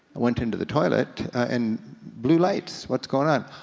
went into the toilet and blue lights, what's goin' on?